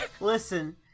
Listen